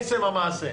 עצם המעשה,